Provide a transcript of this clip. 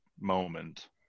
moment